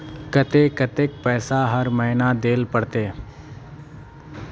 केते कतेक पैसा हर महीना देल पड़ते?